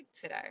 today